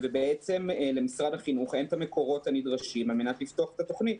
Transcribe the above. בעצם למשרד החינוך אין את המקורות הנדרשים על מנת לפתוח את התוכנית.